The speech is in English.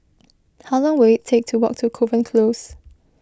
how long will it take to walk to Kovan Close